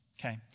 Okay